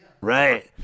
Right